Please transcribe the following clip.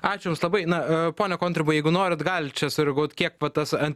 ačiū jums labai na pone kontrimai jeigu norit gal čia sureaguot kiek va tas ant